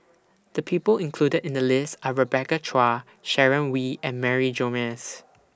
The People included in The list Are Rebecca Chua Sharon Wee and Mary Gomes